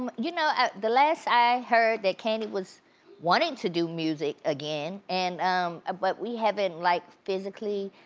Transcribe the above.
and you know ah the last i heard that kandi was wanting to do music again, and ah but we haven't, like physically,